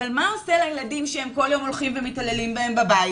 אבל מה זה עושה לילדים שהם כל יום הולכים ומתעללים בהם בבית?